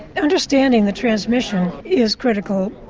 and understanding the transmission is critical.